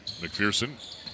McPherson